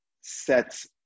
sets